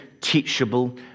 teachable